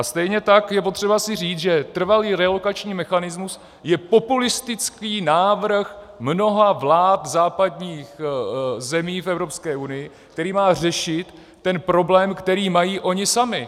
Stejně tak je potřeba si říci, že trvalý relokační mechanismus je populistický návrh mnoha vlád západních zemí v Evropské unii, který má řešit problém, který mají oni sami.